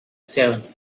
seven